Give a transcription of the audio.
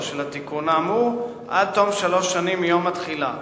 של התיקון האמור ועד תום שלוש שנים מיום התחילה,